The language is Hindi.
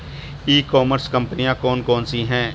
ई कॉमर्स कंपनियाँ कौन कौन सी हैं?